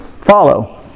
follow